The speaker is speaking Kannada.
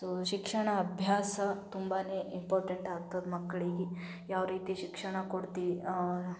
ಸೋ ಶಿಕ್ಷಣ ಅಭ್ಯಾಸ ತುಂಬನೇ ಇಂಪಾರ್ಟೆಂಟ್ ಆಗ್ತದೆ ಮಕ್ಕಳಿಗೆ ಯಾವ ರೀತಿ ಶಿಕ್ಷಣ ಕೊಡ್ತೀವಿ